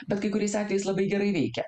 bet kai kuriais atvejais labai gerai veikia